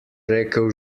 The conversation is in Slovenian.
rekel